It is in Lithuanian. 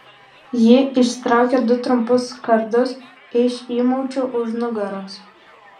ji išsitraukė du trumpus kardus iš įmaučių už nugaros